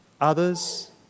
others